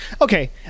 Okay